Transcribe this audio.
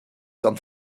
san